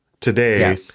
today